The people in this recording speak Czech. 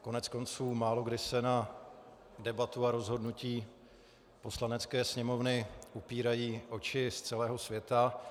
Koneckonců málokdy se na debatu a rozhodnutí Poslanecké sněmovny upírají oči z celého světa.